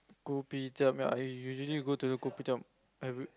Kopitiam ya I I usually go to the Kopitiam every